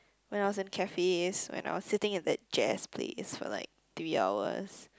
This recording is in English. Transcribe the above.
when I was in cafes when I was sitting in that jazz place for like three hours